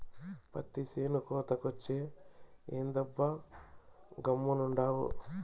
పత్తి చేను కోతకొచ్చే, ఏందబ్బా గమ్మునుండావు